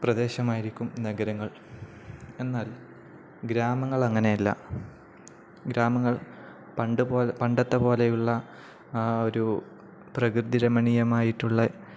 പ്രദേശമായിരിക്കും നഗരങ്ങൾ എന്നാൽ ഗ്രാമങ്ങൾ അങ്ങനെയല്ല ഗ്രാമങ്ങൾ പണ്ടത്തെ പോലെയുള്ള ഒരു പ്രകൃതി രമണീയമായിട്ടുള്ള